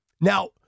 Now